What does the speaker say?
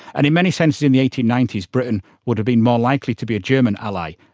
and in many senses in the eighteen ninety s britain would have been more likely to be a german ally.